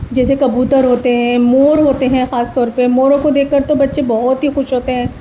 جیسے کبوتر ہوتے ہیں مور ہوتے ہیں خاص طور پہ موروں کو دیکھ کر تو بچے بہت ہی خوش ہوتے ہیں